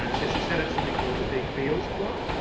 um so she's set up something called the big feels club,